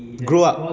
grow up